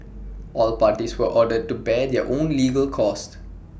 all parties were ordered to bear their own legal costs